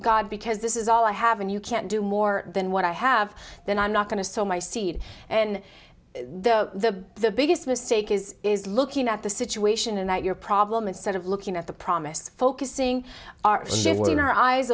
god because this is all i have and you can't do more than what i have then i'm not going to sow my seed and the the biggest mistake is is looking at the situation and that your problem instead of looking at the promised focusing our shit in our eyes